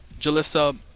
Jalissa